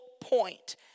point